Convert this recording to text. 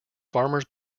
farmers